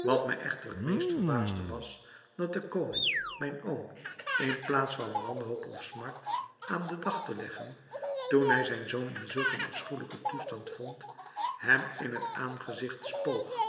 wat mij echter het meest verbaasde was dat de koning mijn oom in plaats van wanhoop of smart aan den dag te leggen toen hij zijn zoon in zulk een afschuwelijken toestand vond hem in het aangezigt spoog